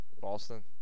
Boston